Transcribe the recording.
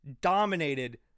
dominated